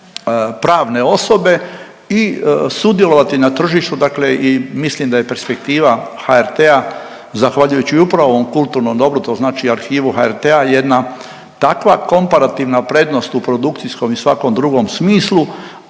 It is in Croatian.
pravne osobe i sudjelovati na tržištu, dakle i mislim da je perspektiva HRT-a, zahvaljujući upravo ovom kulturnom dobru, to znači arhivu HRT-a, jedna takva komparativna prednost u produkcijskom i svakom drugom smislu,